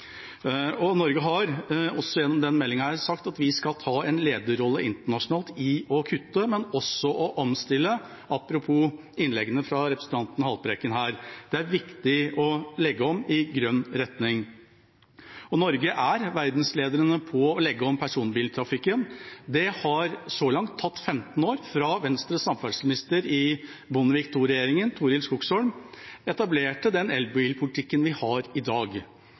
transport. Norge har også gjennom denne meldinga sagt at vi skal ta en lederrolle internasjonalt i å kutte, men også i å omstille – apropos innlegget fra representanten Haltbrekken. Det er viktig å legge om i grønn retning. Norge er verdensledende i å legge om personbiltrafikken. Det har så langt tatt 15 år, fra Venstres samferdselsminister i Bondevik II-regjeringen, Torild Skogsholm, etablerte den elbilpolitikken vi har i dag.